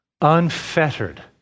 Unfettered